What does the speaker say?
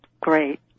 Great